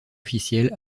officiel